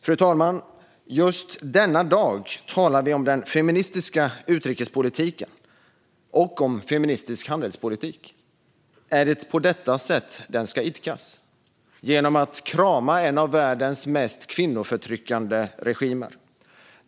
Fru talman! Just denna dag talar vi om den feministiska utrikespolitiken och om feministisk handelspolitik. Är det på detta sätt den ska idkas - genom att krama en av världens mest kvinnoförtryckande regimer?